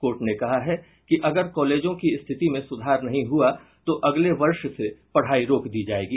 court ने कहा है कि अगर कॉलेजों की स्थिति में सुधार नहीं हुआ तो अगले वर्ष से पढ़ाई रोक दी जायेगी